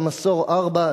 "המסור 4",